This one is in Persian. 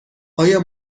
آیا